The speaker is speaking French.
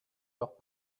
leurs